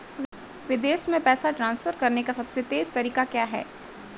विदेश में पैसा ट्रांसफर करने का सबसे तेज़ तरीका क्या है?